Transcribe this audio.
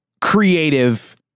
creative